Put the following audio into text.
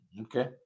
Okay